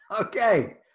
okay